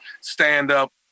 stand-up